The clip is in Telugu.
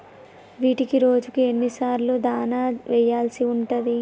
వీటికి రోజుకు ఎన్ని సార్లు దాణా వెయ్యాల్సి ఉంటది?